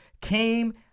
came